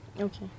Okay